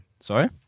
Sorry